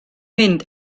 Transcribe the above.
mynd